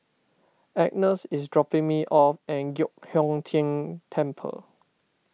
Agnes is dropping me off at Giok Hong Tian Temple